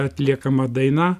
atliekama daina